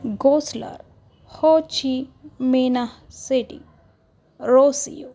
घोसलर हो ची मेना सेटी रोसिओ